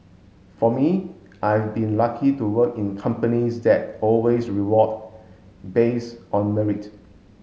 for me I have been lucky to work in companies that always reward base on merit